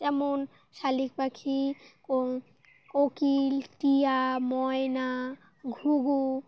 যেমন শালিক পাখি কো কোকিল টিয়া ময়না ঘুঘু